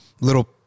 little